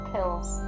Pills